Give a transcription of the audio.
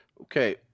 Okay